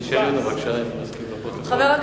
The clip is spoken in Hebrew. תשאלי אותם בבקשה אם הם מסכימים, לפרוטוקול.